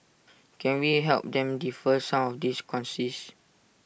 can we help them defer some of these costs